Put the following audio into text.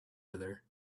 other